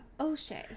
O'Shea